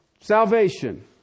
salvation